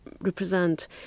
represent